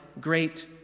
great